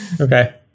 okay